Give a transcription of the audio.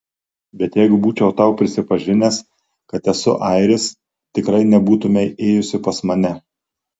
bet jeigu būčiau tau prisipažinęs kad esu airis tikrai nebūtumei ėjusi pas mane